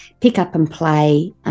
pick-up-and-play